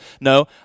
No